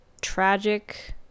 tragic